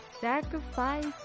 sacrifice